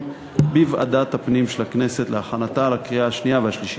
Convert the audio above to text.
לוועדת הפנים של הכנסת להכנתה לקריאה השנייה והשלישית.